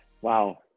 wow